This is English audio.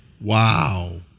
Wow